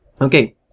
Okay